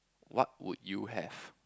what would you have